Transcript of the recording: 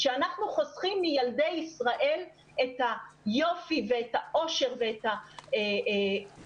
שאנחנו חוסכים מילדי ישראל את היופי ואת העושר ואת העומק